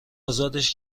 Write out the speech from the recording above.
ازادش